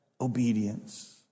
Obedience